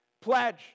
pledge